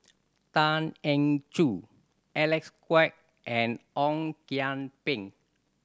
Tan Eng Joo Alec Kuok and Ong Kian Peng